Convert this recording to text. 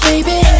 Baby